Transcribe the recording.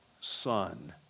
son